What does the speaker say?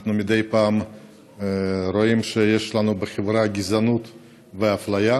אנחנו מדי פעם רואים שיש לנו בחברה גזענות ואפליה.